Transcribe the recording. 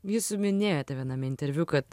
jūs minėjote viename interviu kad